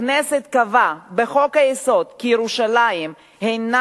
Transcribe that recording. הכנסת קבעה בחוק-היסוד כי ירושלים הינה